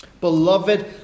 Beloved